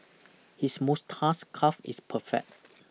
his moustache calf is perfect